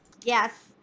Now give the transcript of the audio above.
Yes